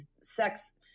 sex